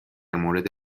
مورد